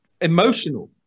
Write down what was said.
emotional